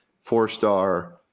four-star